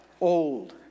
old